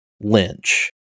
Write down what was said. Lynch